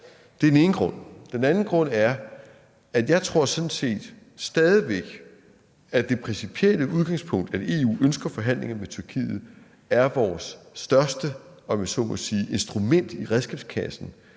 Det er den ene grund. Den anden grund er, at jeg sådan set stadig væk tror, at det principielle udgangspunkt, at EU ønsker forhandlinger med Tyrkiet, er vores største, om jeg så må sige, instrument i redskabskassen